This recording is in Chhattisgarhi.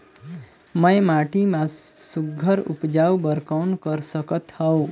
मैं माटी मा सुघ्घर उपजाऊ बर कौन कर सकत हवो?